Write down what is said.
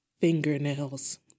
fingernails